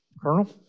Colonel